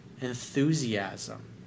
enthusiasm